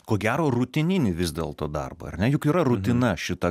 ko gero rutininį vis dėlto darbą ar ne juk yra rutina šita